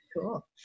Cool